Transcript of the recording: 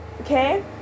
okay